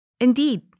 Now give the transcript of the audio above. Indeed